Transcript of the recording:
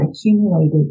accumulated